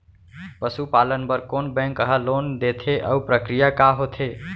पसु पालन बर कोन बैंक ह लोन देथे अऊ प्रक्रिया का होथे?